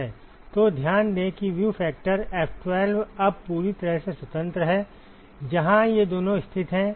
तो ध्यान दें कि व्यू फैक्टर F12 अब पूरी तरह से स्वतंत्र है जहां ये दोनों स्थित हैं